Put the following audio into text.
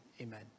amen